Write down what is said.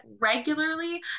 regularly